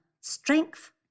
Strength